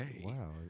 Wow